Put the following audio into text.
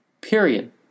period